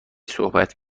صحبت